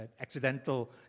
accidental